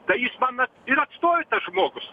tai jis man ir atstojo žmogus